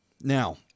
Now